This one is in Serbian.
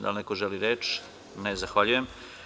Da li neko želi reč? (Ne) Zahvaljujem.